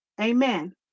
Amen